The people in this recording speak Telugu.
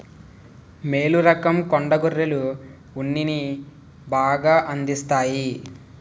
మేలు రకం కొండ గొర్రెలు ఉన్నిని బాగా అందిస్తాయి